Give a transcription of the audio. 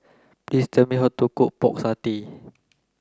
tell me how to cook pork satay